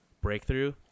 breakthrough